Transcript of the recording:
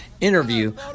interview